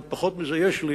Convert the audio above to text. עוד פחות מזה יש לי